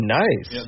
nice